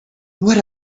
what